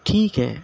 ٹھیک ہے